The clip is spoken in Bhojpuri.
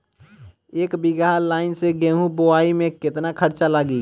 एक बीगहा लाईन से गेहूं बोआई में केतना खर्चा लागी?